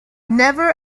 never